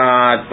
God